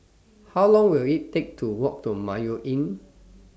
How Long Will IT Take to Walk to Mayo Inn